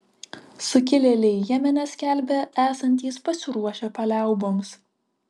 sukilėliai jemene skelbia esantys pasiruošę paliauboms